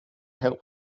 help